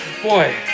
Boy